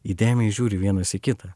įdėmiai žiūri vienas į kitą